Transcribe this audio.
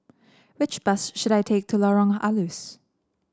which bus should I take to Lorong Halus